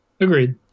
Agreed